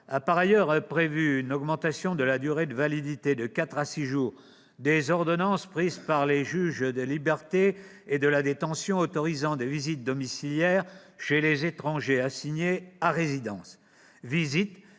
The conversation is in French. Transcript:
a par ailleurs prévu de porter de quatre à six jours la durée de validité des ordonnances prises par les juges des libertés et de la détention autorisant des visites domiciliaires chez les étrangers assignés à résidence.